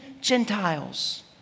Gentiles